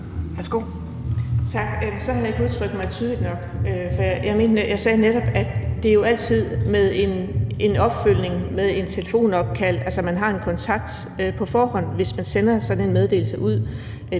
Tak. Så har jeg ikke udtrykt mig tydeligt nok. Jeg sagde netop, at der jo altid skal være en opfølgning, et telefonopkald, altså at man har en kontakt på forhånd, hvis man sender sådan en meddelelse ud.